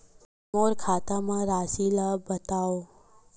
मोर खाता म राशि ल बताओ?